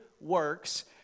works